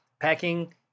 packing